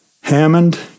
Hammond